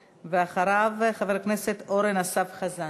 ואחריו, חבר הכנסת אורן אסף חזן.